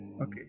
Okay